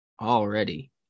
already